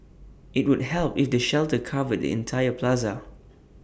IT would help if the shelter covered the entire plaza